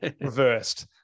reversed